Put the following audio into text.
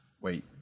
wait